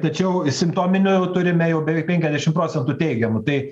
tačiau simptominių turime jau beveik penkiasdešim procentų teigiamų tai